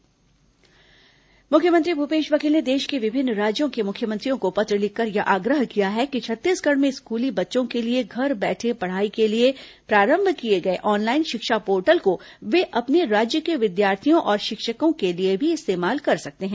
corona मुख्यमंत्री पत्र मुख्यमंत्री भूपेश बघेल ने देश के विभिन्न राज्यों के मुख्यमंत्रियों को पत्र लिखकर यह आग्रह किया है कि छत्तीसगढ़ में स्कूली बच्चों के लिए घर बैठे पढ़ाई के लिए प्रारंभ किए गए ऑनलाईन शिक्षा पोर्टल को वे अपने राज्य के विद्यार्थियो और शिक्षकों के लिए भी इस्तेमाल कर सकते हैं